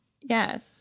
Yes